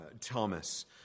Thomas